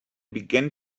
began